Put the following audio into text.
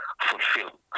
fulfill